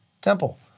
temple